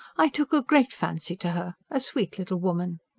i took a great fancy to her a sweet little woman!